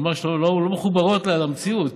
ממש לא, מחוברות למציאות.